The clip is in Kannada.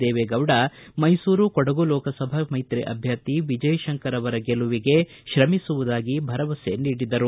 ದೇವೇಗೌಡ ಮೈಸೂರು ಕೊಡಗು ಲೋಕಸಭಾ ಮೈತ್ರಿ ಅಭ್ವರ್ಥಿ ವಿಜಯ ಶಂಕರ್ ಅವರ ಗೆಲುವಿಗೆ ಶ್ರಮಿಸುವುದಾಗಿ ಭರವಸೆ ನೀಡಿದರು